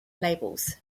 labels